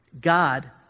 God